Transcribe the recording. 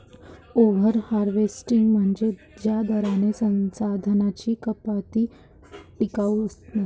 over harvesting म्हणजे ज्या दराने संसाधनांची कापणी टिकाऊ नसते